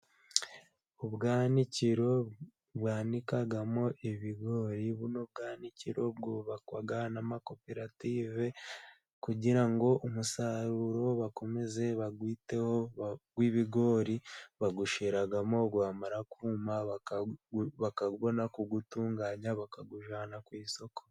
Ubwanikiro babikamo ibigori, buno bwanikiro bwubakwa n'amakoperative kugira ngo umusaruro bakomeze bawiteho w'ibigori bawushyiramo wamara kuma bakabona kuwutunganya bakawujyana ku isoko.